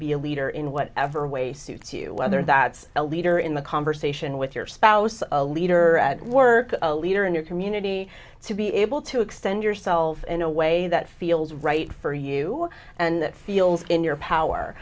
be a leader in whatever way suits you whether that's a leader in the conversation with your spouse a leader at work a leader in your community to be able to extend yourself in a way that feels right for you and that feels in your power